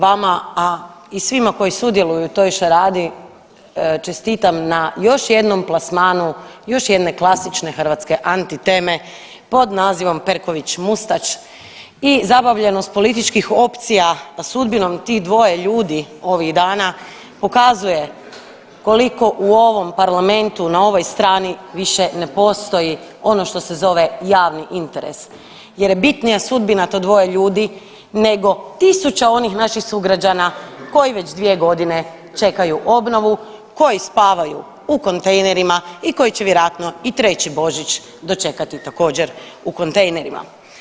Prvo vama, a i svima koji sudjeluju u toj šaradi čestitam na još jednom plasmanu još jedne klasične hrvatske antiteme pod nazivom Perković-Mustač i zabavljenost političkih opcija nad sudbinom tih dvoje ljudi ovih dana pokazuje koliko u ovom Parlamentu na ovoj strani više ne postoji ono što se zove javni interes jer je bitnija sudbina to dvoje ljudi nego tisuća onih naših sugrađana koji već dvije godine čekaju obnovu, koji spavaju u kontejnerima i koji će vjerojatno i treći Božić dočekati također u kontejnerima.